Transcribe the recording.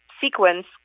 sequence